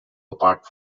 apart